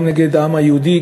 גם נגד העם היהודי,